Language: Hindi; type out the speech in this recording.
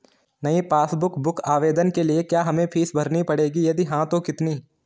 नयी पासबुक बुक आवेदन के लिए क्या हमें फीस भरनी पड़ेगी यदि हाँ तो कितनी?